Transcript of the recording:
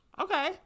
Okay